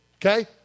Okay